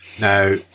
Now